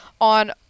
on